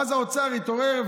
ואז האוצר התעורר,